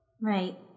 Right